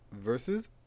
versus